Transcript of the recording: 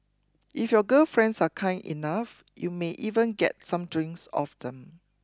if your girl friends are kind enough you may even get some drinks off them